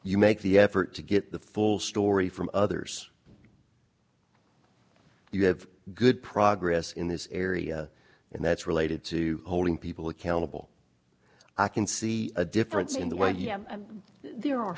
you make the effort to get the full story from others you have good progress in this area and that's related to holding people accountable i can see a difference in the way yeah there are